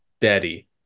daddy